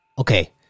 Okay